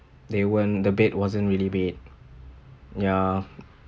they weren't the bed wasn't really made ya